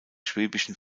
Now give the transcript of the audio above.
schwäbischen